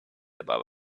above